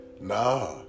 Nah